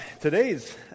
Today's